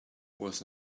was